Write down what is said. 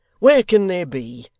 where can they be?